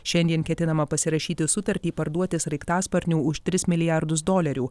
šiandien ketinama pasirašyti sutartį parduoti sraigtasparnių už tris milijardus dolerių